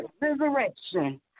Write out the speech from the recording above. resurrection